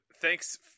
thanks